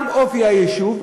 גם מאופי היישוב,